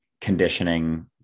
conditioning